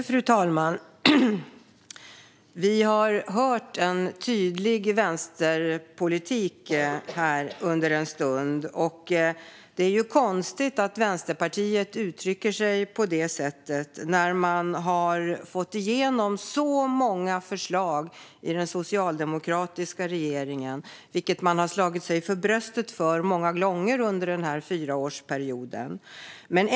Fru talman! Vi har hört en tydlig vänsterpolitik här under en stund. Det är konstigt att Vänsterpartiet uttrycker sig på det här sättet när de har fått igenom så många förslag i den socialdemokratiska regeringen, vilket de många gånger har slagit sig för bröstet för under den gångna fyraårsperioden.